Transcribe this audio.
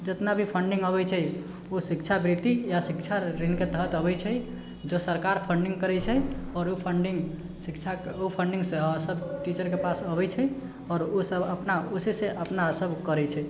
जतना भी फण्डिङ्ग अबै छै ओ शिक्षावृत्ति या शिक्षा ऋणके तहत अबै छै जे सरकार फण्डिङ्ग करै छै आओर ओ फण्डिङ्ग शिक्षक ओ फण्डिङ्गसँ सब टीचरके पास अबै छै आओर ओसब अपना ओहिसँ अपनासब करै छै